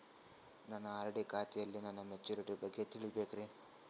ನನ್ನ ಆರ್.ಡಿ ಖಾತೆಯಲ್ಲಿ ನನ್ನ ಮೆಚುರಿಟಿ ಬಗ್ಗೆ ತಿಳಿಬೇಕ್ರಿ